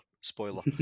spoiler